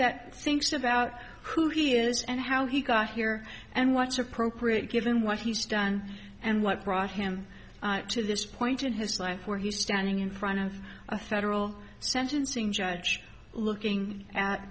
that thinks about who he is and how he got here and what's appropriate given what he's done and what brought him to this point in his life where he's standing in front of a federal sentencing judge looking at